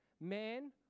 man